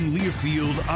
Learfield